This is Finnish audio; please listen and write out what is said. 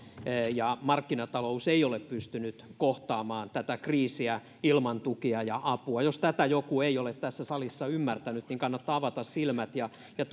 ja markkinatalous ei ole pystynyt kohtaamaan tätä kriisiä ilman tukea ja apua jos tätä joku ei ole tässä salissa ymmärtänyt niin kannattaa avata silmät ja ja